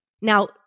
Now